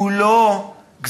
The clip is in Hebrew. הוא לא נמשח למלוכה,